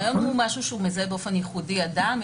הרעיון הוא משהו שמזהה באופן ייחודי אדם.